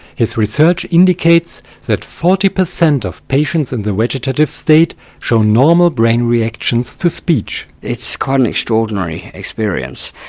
his research indicates that forty percent of patients in the vegetative state show normal brain reactions to speech. it's quite an extraordinary experience.